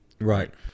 Right